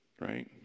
right